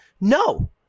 No